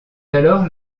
alors